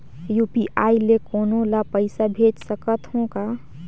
UPI ले कोनो ला पइसा भेज सकत हों का?